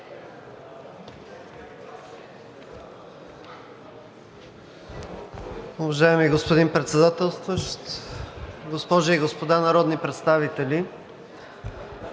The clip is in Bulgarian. Уважаеми господин Председателстващ, госпожи и господа народни представители!